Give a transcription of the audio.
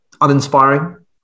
uninspiring